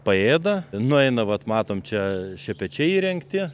paėda nueina vat matom čia šepečiai įrengti